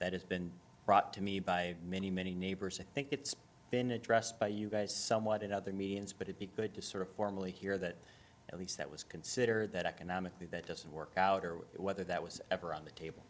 that has been brought to me by many many neighbors i think it's been addressed by you guys somewhat in other means but it be good to sort of formally hear that at least that was consider that economically that doesn't work out or would it whether that was ever on the table